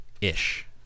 ish